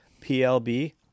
PLB